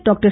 doctor